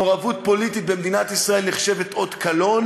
מעורבות פוליטית במדינת ישראל נחשבת אות קלון.